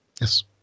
Yes